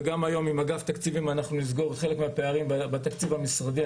וגם היום עם אגף תקציבים נסגור חלק מהפערים בתקציב המשרדי.